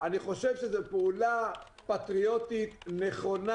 אני חושב שזאת פעולה פטריוטית נכונה,